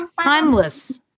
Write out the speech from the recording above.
Timeless